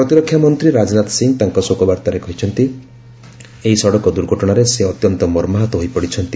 ପ୍ରତିରକ୍ଷାମନ୍ତ୍ରୀ ରାଜନାଥ ସିଂହ ତାଙ୍କ ଶୋକବାର୍ତ୍ତାରେ କହିଛନ୍ତି ଏହି ସଡ଼କ ଦୁର୍ଘଟଣାରେ ସେ ଅତ୍ୟନ୍ତ ମର୍ମାହତ ହୋଇପଡିଛନ୍ତି